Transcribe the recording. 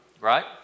right